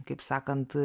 kaip sakant